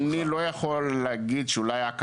אני לא יכול להגיד שאולי יש הקלות,